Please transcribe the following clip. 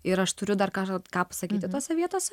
ir aš turiu dar ką ką pasakyti tose vietose